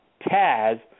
Taz